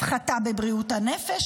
הפחתה בבריאות הנפש.